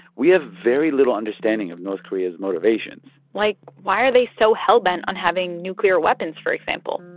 we have very little understanding of north korea's motivations like, why are they so hell-bent on having nuclear weapons, for example?